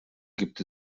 gibt